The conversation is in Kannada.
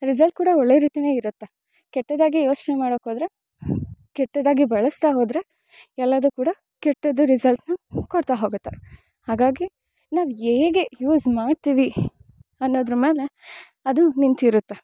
ರಿಸಲ್ಟ್ ಕೂಡ ಒಳ್ಳೆ ರೀತಿ ಇರುತ್ತೆ ಕೆಟ್ಟದಾಗಿ ಯೋಚನೆ ಮಾಡೋಕೆ ಹೋದ್ರೆ ಕೆಟ್ಟದಾಗಿ ಬಳಸ್ತಾ ಹೊದರೆ ಎಲ್ಲದು ಕೂಡ ಕೆಟ್ಟದು ರಿಸಲ್ಟ್ನ ಕೊಡ್ತಾ ಹೊಗುತ್ತೆ ಹಾಗಾಗಿ ನಾವು ಹೇಗೆ ಯೂಝ್ ಮಾಡ್ತಿವಿ ಅನ್ನೋದ್ರ ಮೇಲೆ ಅದು ನಿಂತಿರುತ್ತೆ